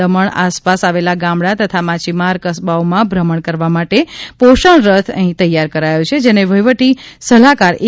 દમણ આસપાસ આવેલા ગામડા તથા માછીમાર કસ્બાઓમાં ભ્રમણ કરવા માટે પોષણ રથ અહીં તૈયાર કરાયો છે જેને વહીવટી સલાહકાર એ